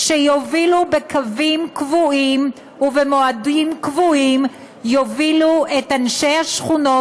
שיובילו בקווים קבועים ובמועדים קבועים את אנשי השכונות,